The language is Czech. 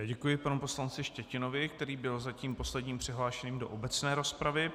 Děkuji panu poslanci Štětinovi, který byl zatím poslední přihlášený do obecné rozpravy.